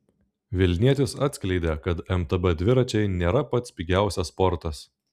vilnietis atskleidė kad mtb dviračiai nėra pats pigiausias sportas